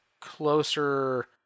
closer